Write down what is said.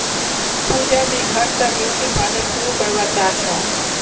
पूजा दी घर त ब्यूटी पार्लर शुरू करवा चाह छ